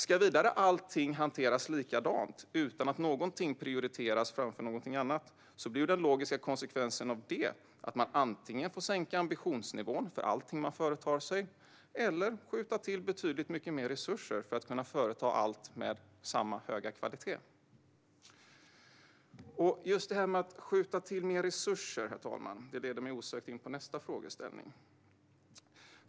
Ska vidare allting hanteras likadant utan att någonting prioriteras framför någonting annat blir den logiska konsekvensen att man antingen får sänka ambitionsnivån för allting man företar sig eller skjuta till betydligt mycket mer resurser för att kunna företa allt med samma höga kvalitet. Just det här med att skjuta till mer resurser, herr talman, leder mig osökt in på nästa frågeställning.